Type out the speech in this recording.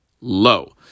low